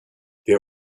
der